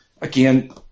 again